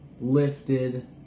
lifted